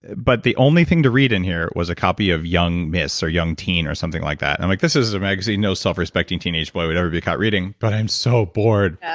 but the only thing to read in here was a copy of young ms. or young teen or something like that. i'm like, this is a magazine no self-respecting teenage boy would ever be caught reading, but i'm so bored,